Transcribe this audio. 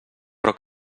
però